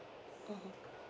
mmhmm